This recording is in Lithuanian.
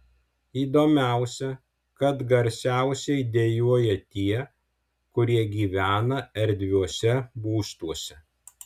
įdomiausia kad garsiausiai dejuoja tie kurie gyvena erdviuose būstuose